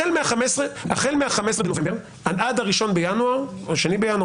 החל מה-15 בנובמבר עד ה-1 בינואר או ה-2 בינואר,